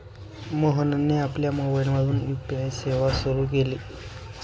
मोहनने आपल्या मोबाइलमधून यू.पी.आय सेवा सुरू केली